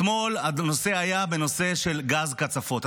אתמול הדיון היה בנושא של גז קצפות.